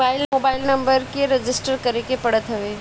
mobile number के register करे के पड़त हवे